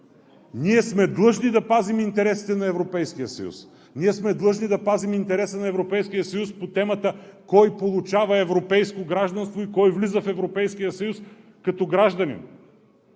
Ние сме длъжни да пазим интересите на Европейския съюз. Ние сме длъжни да пазим интереса на Европейския съюз по темата кой получава европейско гражданство и кой влиза в Европейския съюз като гражданин.